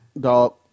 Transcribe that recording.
Dog